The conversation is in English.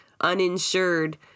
uninsured